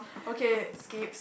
okay skip